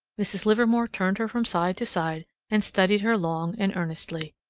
mrs. livermore turned her from side to side, and studied her long and earnestly.